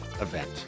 event